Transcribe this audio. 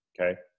okay